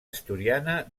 asturiana